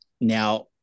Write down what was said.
Now